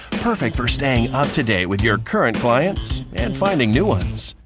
perfect for staying up to date with your current clients and finding new ones.